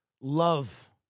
love